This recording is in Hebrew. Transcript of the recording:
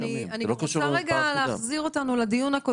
זה לא קשור למרפאה אחודה.